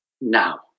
now